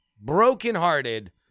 brokenhearted